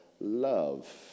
love